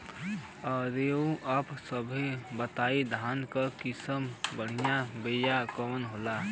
रउआ आप सब बताई धान क सबसे बढ़ियां बिया कवन होला?